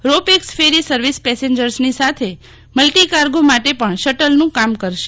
row pax ferry service પસેન્જરર્સની સાથે multi cargo માટે પણ શટલનું કામ કરશે